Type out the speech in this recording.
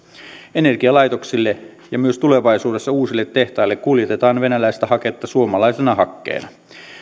energialaitoksille ja myös tulevaisuudessa uusille tehtaille kuljetetaan venäläistä haketta suomalaisena hakkeena